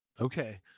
okay